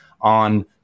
on